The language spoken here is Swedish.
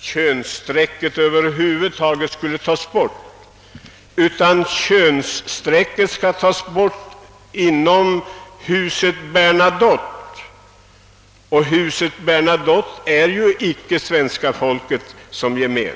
könsstrecket helt och hållet skall tas bort, utan jag har uppfattat dem så att könsstrecket skall tas bort för huset Bernadotte. Huset Bernadotte är icke svenska folket.